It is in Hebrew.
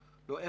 טוב.